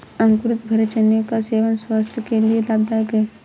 अंकुरित भूरे चने का सेवन स्वास्थय के लिए लाभदायक है